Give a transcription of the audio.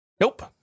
Nope